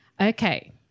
Okay